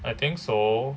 I think so